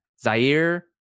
Zaire